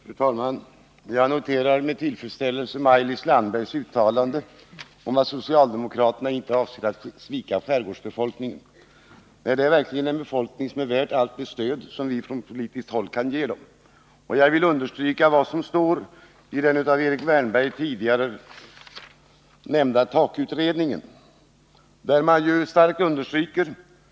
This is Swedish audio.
Fru talman! Jag noterar med tillfredsställelse Maj-Lis Landbergs uttalande om att socialdemokraterna inte avser att svika skärgårdsbefolkningen. Det är verkligen en befolkning som är värd allt det stöd som vi från politiskt håll kan ge den. Jag vill understryka vad som står i den av Erik Wärnberg tidigare nämnda TAK-utredningen, där man starkt betonar att det hittillsvarande systemet inte är tillfredsställande.